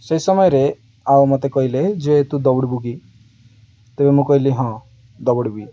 ସେଇ ସମୟରେ ଆଉ ମୋତେ କହିଲେ ଯେ ତୁ ଦୌଡ଼ିବୁ କିି ତେବେ ମୁଁ କହିଲି ହଁ ଦୌଡ଼ିବି